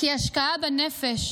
כי השקעה בנפש